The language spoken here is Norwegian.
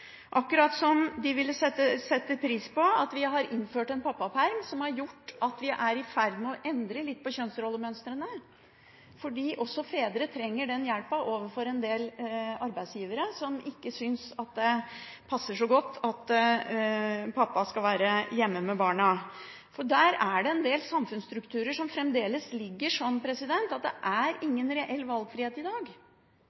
som de ville satt pris på at vi har innført en pappaperm som har gjort at vi er i ferd med å endre litt på kjønnsrollemønstrene. Også fedre trenger hjelp overfor en del arbeidsgivere som ikke synes det passer så godt at pappa skal være hjemme med barna. Det er en del samfunnsstrukturer som gjør at det fremdeles ikke er noen reell valgfrihet. Det